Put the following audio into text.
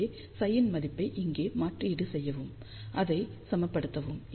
எனவே ψ ன் மதிப்பை இங்கே மாற்றீடு செய்யவும் அதை சமப்படுத்தவும்